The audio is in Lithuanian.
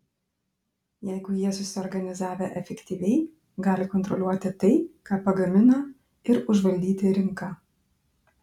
jeigu jie susiorganizavę efektyviai gali kontroliuoti tai ką pagamina ir užvaldyti rinką